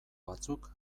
batzuk